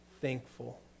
thankful